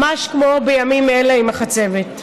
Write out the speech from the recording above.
ממש כמו בימים אלה עם החצבת.